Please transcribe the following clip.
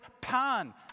Pan